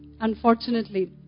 Unfortunately